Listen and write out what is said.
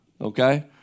okay